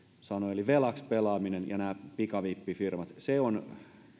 sanoi velaksi pelaaminen ja nämä pikavippifirmat se on